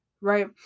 right